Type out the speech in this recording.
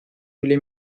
bile